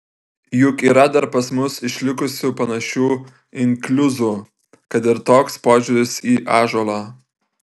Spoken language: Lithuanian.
juk yra dar pas mus išlikusių panašių inkliuzų kad ir toks požiūris į ąžuolą